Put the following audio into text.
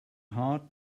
heart